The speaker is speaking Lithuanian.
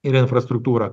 ir infrastruktūra